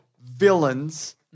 villains